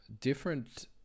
different